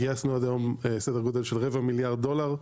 גייסנו עד היום סדר גודל של רבע מיליארד דולר.